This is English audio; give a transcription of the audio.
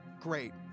Great